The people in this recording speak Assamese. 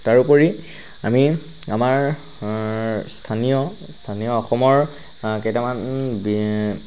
তাৰোপৰি আমি আমাৰ স্থানীয় স্থানীয় অসমৰ কেইটামান